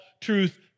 truth